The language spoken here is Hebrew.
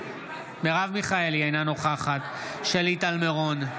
אינה נוכחת שלי טל מירון,